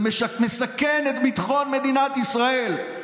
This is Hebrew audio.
זה מסכן את ביטחון מדינת ישראל.